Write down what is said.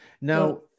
now